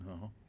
No